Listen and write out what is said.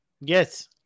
Yes